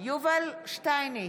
יובל שטייניץ,